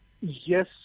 Yes